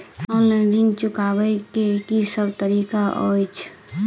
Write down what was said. Online ऋण चुकाबै केँ की सब तरीका अछि?